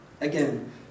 Again